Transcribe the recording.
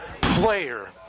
player